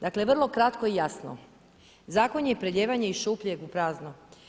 Dakle vrlo kratko i jasno, zakon je prelijevanje iz šupljeg u prazno.